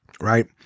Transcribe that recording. right